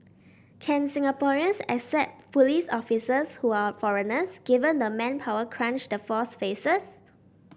can Singaporeans accept police officers who are foreigners given the manpower crunch the force faces